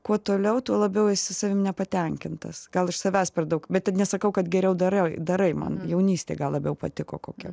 kuo toliau tuo labiau esi savimi nepatenkintas gal iš savęs per daug bet nesakau kad geriau darai darai man jaunystėj gal labiau patiko kokia